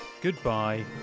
Goodbye